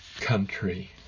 country